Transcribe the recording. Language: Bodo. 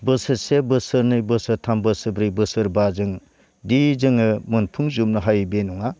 बोसोरसे बोसोरनै बोसोरथाम बोसोरब्रै बोसोरबाजोंदि जोङो मोनफुं जोबनो हायो बि नङा